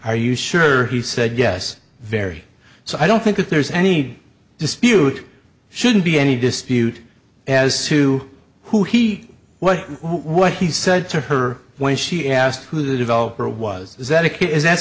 are you sure he said yes very so i don't think there's any dispute shouldn't be any dispute as to who he was what he said to her when she asked who the developer was that